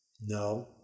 no